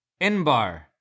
Inbar